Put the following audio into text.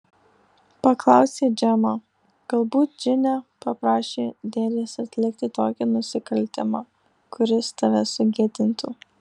paklausė džemą galbūt džine paprašė dėdės atlikti tokį nusikaltimą kuris tave sugėdintų